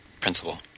principle